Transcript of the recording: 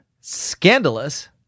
scandalous